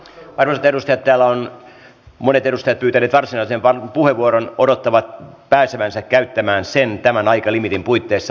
arvoisat edustajat täällä ovat monet edustajat pyytäneet varsinaisen puheenvuoron odottavat pääsevänsä käyttämään sen tämän aikalimiitin puitteissa